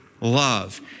love